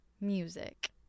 music